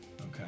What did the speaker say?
Okay